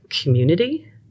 community